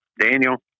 Daniel